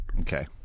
Okay